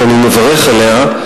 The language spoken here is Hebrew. שאני מברך עליה,